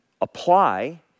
apply